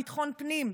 ביטחון פנים,